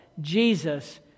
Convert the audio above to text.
Jesus